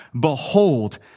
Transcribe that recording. Behold